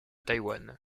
taïwan